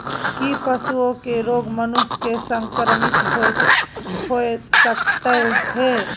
की पशुओं के रोग मनुष्य के संक्रमित होय सकते है?